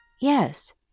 Yes